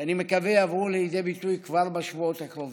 שאני מקווה שיבואו לידי ביטוי כבר בשבועות הקרובים: